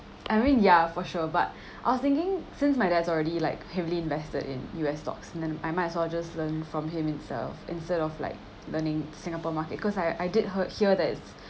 I mean ya for sure but I was thinking since my dad's already like heavily invested in U_S stocks and then I might just learn from him itself instead of like learning singapore market cause I I did heard hear that it's